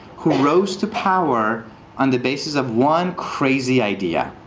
who rose to power on the basis of one crazy idea.